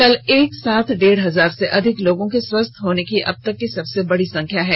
कल एक साथ डेढ़ हजार से अधिक लोगों के स्वस्थ होने की अबतक की सबसे बड़ी संख्या है